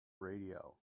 radio